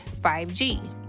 5G